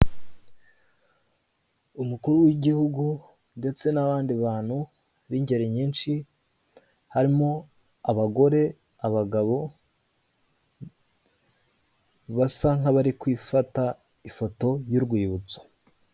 Umukuru w'igihugu ndetse n'abandi bantu b'ingeri nyinshi, harimo abagore, abagabo, basa nk'abari kwifata ifoto y'urwibutso.